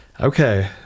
Okay